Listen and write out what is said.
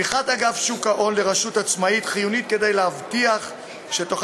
הפיכת אגף שוק ההון לרשות עצמאית חיונית כדי להבטיח שתוכל